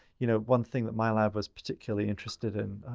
you know, one thing that my lab was particularly interested in,